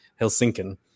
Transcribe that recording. Helsinki